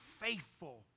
faithful